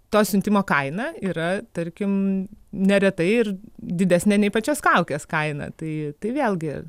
to siuntimo kaina yra tarkim neretai ir didesnė nei pačios kaukės kaina tai tai vėlgi